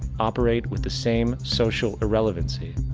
operate with the same social irrelevancy.